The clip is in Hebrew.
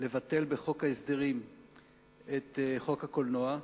לבטל בחוק ההסדרים את חוק הקולנוע,